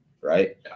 right